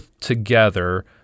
together